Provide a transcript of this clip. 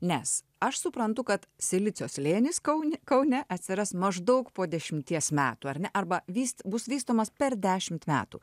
nes aš suprantu kad silicio slėnis kaune kaune atsiras maždaug po dešimties metų ar ne arba vysti bus vystomas per dešimt metų